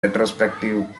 retrospective